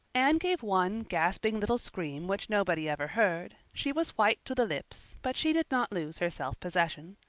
anne gave one gasping little scream which nobody ever heard she was white to the lips, but she did not lose her self-possession.